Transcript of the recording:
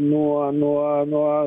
nuo nuo nuo